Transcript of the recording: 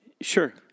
sure